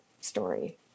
story